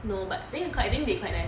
no but I think they quite nice